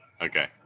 okay